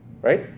right